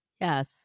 Yes